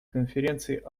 конференции